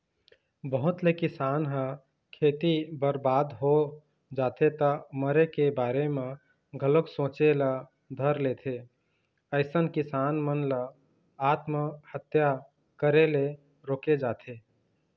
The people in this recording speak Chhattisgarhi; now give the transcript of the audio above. बहुत ले किसान ह खेती बरबाद हो जाथे त मरे के बारे म घलोक सोचे ल धर लेथे अइसन किसान मन ल आत्महत्या करे ले रोके जाथे